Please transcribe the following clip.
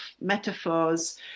metaphors